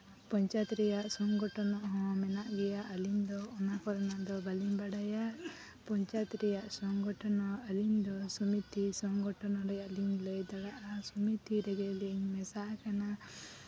ᱯᱚᱧᱪᱟᱭᱮᱛ ᱨᱮᱭᱟᱜ ᱥᱚᱝᱜᱚᱴᱷᱚᱱ ᱦᱚᱸ ᱢᱮᱱᱟᱜ ᱜᱮᱭᱟ ᱟᱹᱞᱤᱧ ᱫᱚ ᱚᱱᱟ ᱠᱚᱨᱮᱱᱟᱜ ᱫᱚ ᱵᱟᱹᱞᱤᱧ ᱵᱟᱰᱟᱭᱟ ᱯᱚᱧᱪᱟᱭᱮᱛ ᱨᱮᱭᱟᱜ ᱥᱚᱝᱜᱚᱴᱷᱚᱱ ᱦᱚᱸ ᱟᱹᱞᱤᱧ ᱫᱚ ᱥᱚᱢᱤᱛᱤ ᱥᱚᱝᱜᱚᱴᱷᱚᱱ ᱨᱮᱭᱟᱜ ᱞᱤᱧ ᱞᱟᱹᱭ ᱫᱟᱲᱮᱭᱟᱜᱼᱟ ᱥᱚᱢᱤᱛᱤ ᱨᱮᱜᱮ ᱞᱤᱧ ᱢᱮᱥᱟ ᱟᱠᱟᱱᱟ